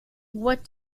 what